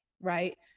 right